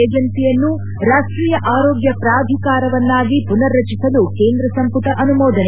ಏಜೆನ್ಸಿಯನ್ನು ರಾಷ್ಟೀಯ ಆರೋಗ್ಯ ಪ್ರಾಧಿಕಾರವನ್ನಾಗಿ ಪುನರ್ ರಚಿಸಲು ಕೇಂದ್ರ ಸಂಪುಟ ಅನುಮೋದನೆ